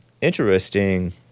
Interesting